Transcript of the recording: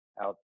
out